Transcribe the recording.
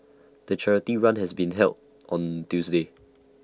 the charity run has been held on Tuesday